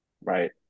right